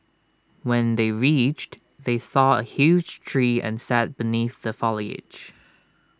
when they reached they saw A huge tree and sat beneath the foliage